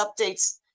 updates